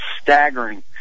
staggering